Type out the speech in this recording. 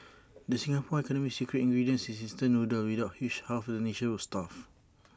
the Singapore economy's secret ingredient is instant noodles without which half the nation would starve